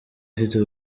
ufite